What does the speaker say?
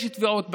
יש תביעות בעלות,